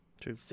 True